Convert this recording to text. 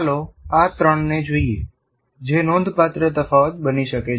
ચાલો આ ત્રણને જોઈએ જે નોંધપાત્ર તફાવત બની શકે છે